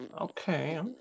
okay